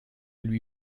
lui